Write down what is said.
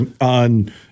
on